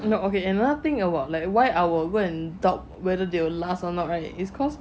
you know okay another thing about like why I would doubt whether they will last or not right is cause